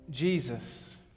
Jesus